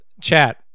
Chat